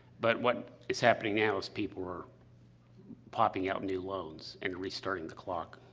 but what is happening now is, people are popping out new loans and restarting the clock,